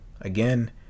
again